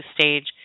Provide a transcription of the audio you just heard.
stage